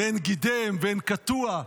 ואין גידם, ואין קטוע.